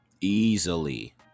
Easily